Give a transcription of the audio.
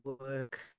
work